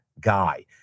guy